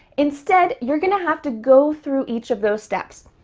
instead, you're gonna have to go through each of those steps.